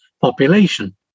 population